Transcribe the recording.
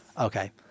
Okay